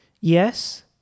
Yes